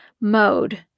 mode